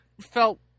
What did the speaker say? felt